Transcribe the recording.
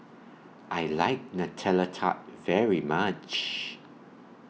I like Nutella Tart very much